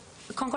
עובדות,